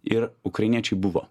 ir ukrainiečiai buvo